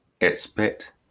expect